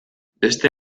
beste